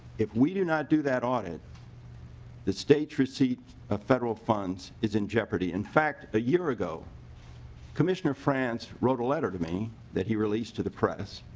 if we do not do that audit the state receives of federal funds is in jeopardy. in fact ah your ago commissioner france wrote a letter to me that he released released to the press